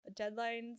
Deadlines